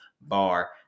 bar